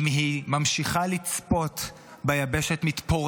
אירופה חייבת לקבל החלטה אם היא ממשיכה לצפות ביבשת מתפוררת